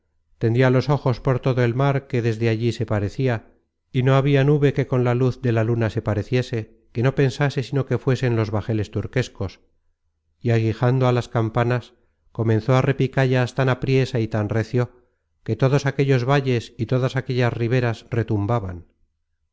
tendia los ojos por todo el mar que desde allí se parecia y no habia nube que con la luz de la luna se pareciese que no pensase sino que fuesen los bajeles turquescos y aguijando á las campanas comenzó á repicallas tan apriesa y tan recio que todos aquellos valles y todas aquellas riberas retumbaban